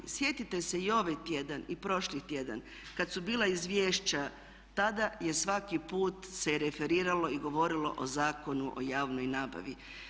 Sjetite se i ovaj tjedan i prošli tjedan kada su bila izvješća tada je svaki put se referiralo i govorilo o Zakonu o javnoj nabavi.